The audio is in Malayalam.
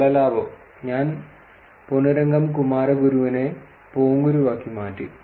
സ്ഥല ലാഭം ഞാൻ പൊന്നുരംഗം കുമാരഗുരുവിനെ പോങ്കുരുവാക്കി മാറ്റി